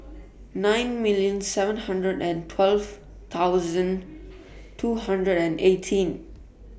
nine million seven hundred and twelve thousand two hundred and eighteen